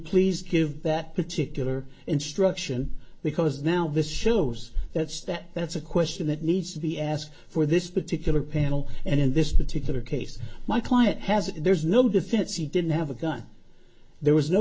please give that particular instruction because now this shows that's that that's a question that needs to be asked for this particular panel and in this particular case my client has there's no defense he didn't have a gun there was no